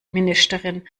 ministerin